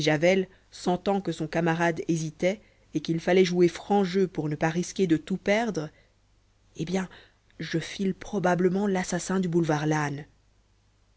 sentant que son camarade hésitait et qu'il fallait jouer franc jeu pour ne pas risquer de tout perdre eh bien je file probablement l'assassin du boulevard lannes